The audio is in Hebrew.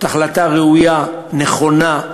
זאת החלטה ראויה, נכונה,